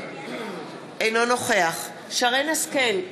אינו נוכח שרן השכל,